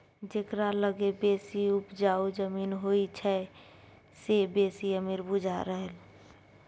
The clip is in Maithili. जकरा लग बेसी उपजाउ जमीन होइ छै से बेसी अमीर बुझा रहल